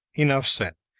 enough said.